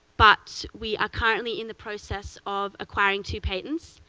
but we are currently in the process of acquiring two patents,